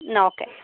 എന്നാൽ ഓക്കെ